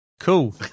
Cool